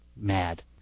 mad